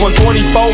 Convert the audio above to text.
124